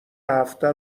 هفته